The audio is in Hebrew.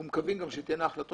אנחנו מקווים גם שתהיינה החלטות,